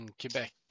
Quebec